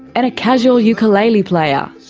and a casual ukulele player.